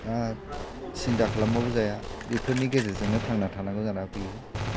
दा सिन्था खालामबाबो जाया बेफोरनि गेजेरजोंनो थांना थानांगौ जाना फैयो